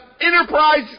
enterprise